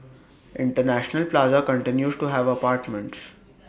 International plaza continues to have apartments